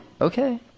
Okay